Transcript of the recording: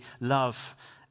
love